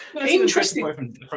Interesting